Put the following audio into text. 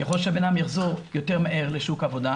ככל שבן אדם יחזור יותר מהר לשוק העבודה,